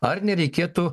ar nereikėtų